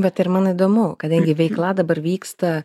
bet ir man įdomu kadangi veikla dabar vyksta